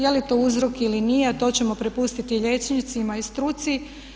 Je li to uzrok ili nije to ćemo prepustiti liječnicima i struci.